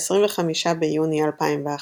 ב-25 ביוני 2011,